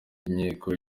inteko